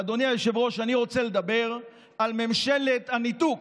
אדוני היושב-ראש, אני רוצה לדבר על ממשלת הניתוק,